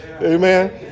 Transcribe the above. Amen